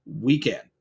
weekend